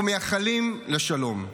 אנחנו מייחלים לשלום,